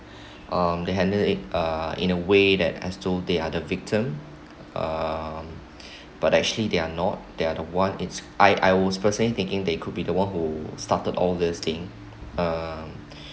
um they handled it uh in a way that as to the other victim um but actually they are not they are the one it's I I was personally thinking they could be the one who started all this thing um